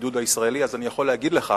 מהבידוד הישראלי, אז אני יכול להגיד לך